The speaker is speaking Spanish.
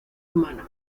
humano